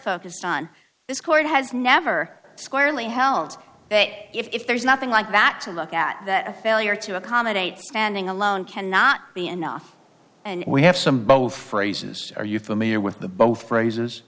focused on this court has never squarely held if there's nothing like that to look at that a failure to accommodate standing alone cannot be enough and we have some both phrases are you familiar with the both phrases